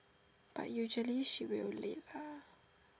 but usually she will late lah